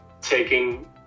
taking